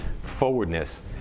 forwardness